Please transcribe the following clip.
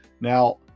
Now